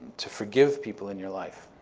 to forgive people in your life,